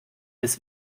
bis